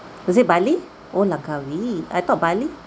was it bali oh langkawi I thought bali